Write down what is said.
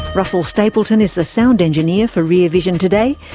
russell stapleton is the sound engineer for rear vision today.